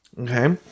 okay